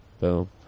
Boom